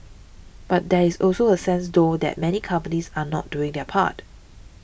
but there is also a sense though that many companies are not doing their part